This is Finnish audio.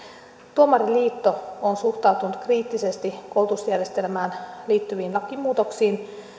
tuomariliitto on suhtautunut kriittisesti koulutusjärjestelmään liittyviin lakimuutoksiin